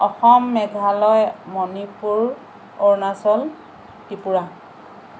Assam Meghalaya Manipur Arunachal Tripura